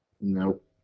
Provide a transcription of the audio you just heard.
Nope